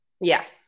Yes